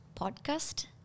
Podcast